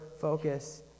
focus